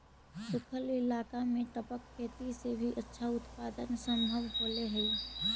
सूखल इलाका में टपक खेती से भी अच्छा उत्पादन सम्भव होले हइ